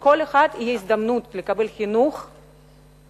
שלכל אחד תהיה הזדמנות לקבל חינוך הולם,